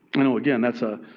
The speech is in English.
you know, again, that's a,